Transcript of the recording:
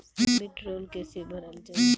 वीडरौल कैसे भरल जाइ?